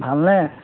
ভালনে